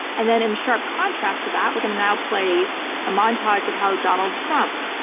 and then in sharp contrast to that, we're going to now play a montage of how donald trump,